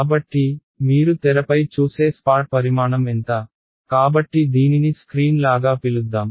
కాబట్టి మీరు తెరపై చూసే స్పాట్ పరిమాణం ఎంత కాబట్టి దీనిని స్క్రీన్ లాగా పిలుద్దాం